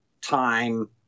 time